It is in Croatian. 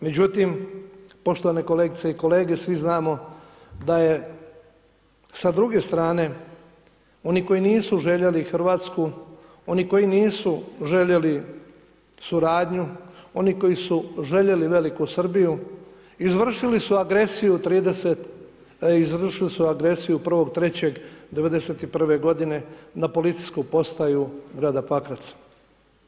Međutim, poštovane kolegice i kolege, svi znamo da je sa druge strane oni koji nisu željeli Hrvatsku, oni koji nisu željeli suradnju, oni koji su željeli veliku Srbiju izvršili su agresiju 1.3.1991. godine na policijsku postaju grada Pakraca.